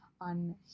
on